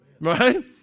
Right